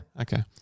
Okay